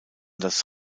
das